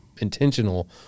intentional